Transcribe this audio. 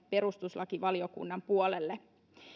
perustuslakivaliokunnan puolelle